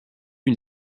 une